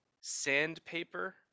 sandpaper